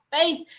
faith